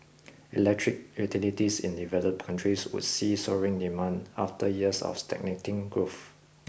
electric utilities in developed countries would see soaring demand after years of stagnating growth